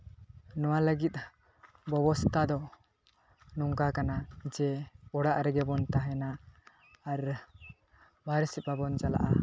ᱱᱚᱣᱟ ᱞᱟᱹᱜᱤᱫ ᱵᱮᱵᱚᱥᱛᱷᱟ ᱫᱚ ᱱᱚᱝᱠᱟ ᱠᱟᱱᱟ ᱡᱮ ᱚᱲᱟᱜ ᱨᱮᱜᱮ ᱵᱚᱱ ᱛᱟᱦᱮᱱᱟ ᱵᱟᱭᱨᱮ ᱥᱮᱫ ᱵᱟᱵᱚᱱ ᱪᱟᱞᱟᱜᱼᱟ